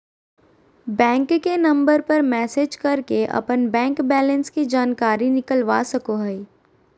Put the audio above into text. bank के number पर message करके अपन बैंक बैलेंस के जानकारी निकलवा सको हो